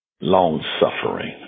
long-suffering